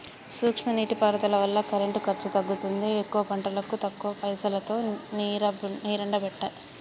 సూక్ష్మ నీటి పారుదల వల్ల కరెంటు ఖర్చు తగ్గుతుంది ఎక్కువ పంటలకు తక్కువ పైసలోతో నీరెండబట్టే